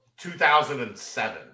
2007